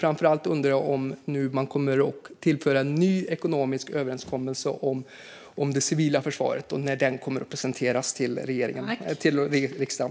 Jag undrar om man nu kommer att tillföra en ny ekonomisk överenskommelse om det civila försvaret och när denna i så fall kommer att presenteras för riksdagen.